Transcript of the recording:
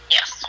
Yes